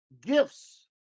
gifts